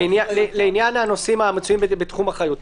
-- לעניין הנושאים המצויים בתחום אחריותם.